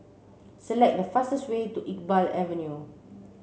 select the fastest way to Iqbal Avenue